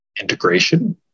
integration